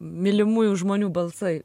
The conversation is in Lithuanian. mylimųjų žmonių balsai